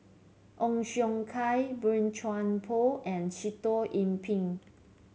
Ong Siong Kai Boey Chuan Poh and Sitoh Yih Pin